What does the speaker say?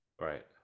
right